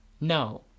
No